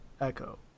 Echo